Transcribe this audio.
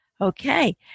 Okay